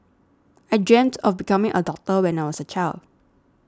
I dreamt of becoming a doctor when I was a child